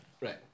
right